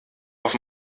auf